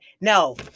no